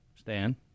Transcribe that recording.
Stan